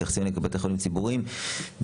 מתייחסים אליהם כבתי חולים ציבוריים ויודעים